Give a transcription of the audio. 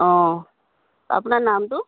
অঁ আপোনাৰ নামটো